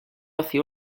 hacia